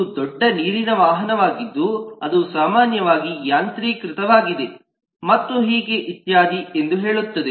ಇದು ದೊಡ್ಡ ನೀರಿನ ವಾಹನವಾಗಿದ್ದು ಅದು ಸಾಮಾನ್ಯವಾಗಿ ಯಾಂತ್ರಿಕೃತವಾಗಿದೆ ಮತ್ತು ಹೀಗೆ ಇತ್ಯಾದಿ ಎಂದು ಹೇಳುತ್ತದೆ